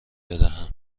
بدهم